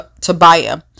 Tobiah